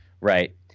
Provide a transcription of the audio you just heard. Right